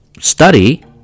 study